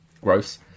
Gross